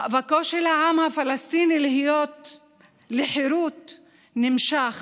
מאבקו של העם הפלסטיני לחירות נמשך,